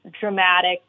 dramatic